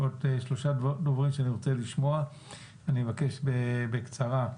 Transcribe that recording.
שלושה דוברים שאני רוצה לשמוע ואני מבקש בקצרה.